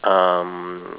um